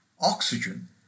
Oxygen